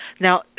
Now